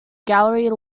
gallery